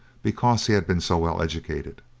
because he had been so well educated.